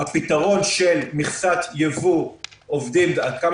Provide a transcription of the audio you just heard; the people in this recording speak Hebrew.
הפתרון של מכסת יבוא עובדים עד כמה